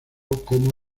como